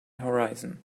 horizon